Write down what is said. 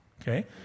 Okay